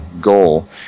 goal